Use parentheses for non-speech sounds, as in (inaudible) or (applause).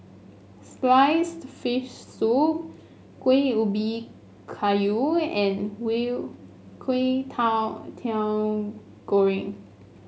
sliced fish soup Kuih Ubi Kayu and (unintelligible) goreng